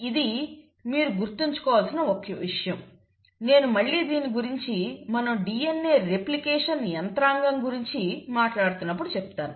ఇది మీరు గుర్తుంచుకోవలసిన ఒక విషయం నేను మళ్ళీ దీని గురించి మనం DNA రెప్లికేషన్ యంత్రాంగం గురించి మాట్లాడుతున్నప్పుడు చెబుతాను